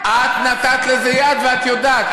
את נתת לזה יד, ואת יודעת.